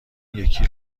یکی